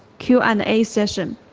q and a session.